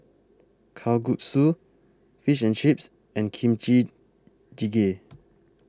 Kalguksu Fish and Chips and Kimchi Jjigae